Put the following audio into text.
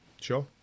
Sure